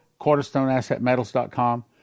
QuarterstoneAssetMetals.com